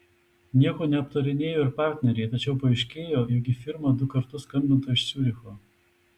nieko neaptarinėjo ir partneriai tačiau paaiškėjo jog į firmą du kartus skambinta iš ciuricho